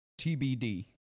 TBD